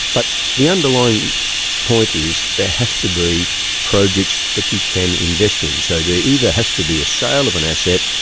but the underlying point is there has to be projects that you can invest in. so there either has to be a sale of an asset,